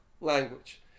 language